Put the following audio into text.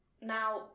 Now